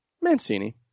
Mancini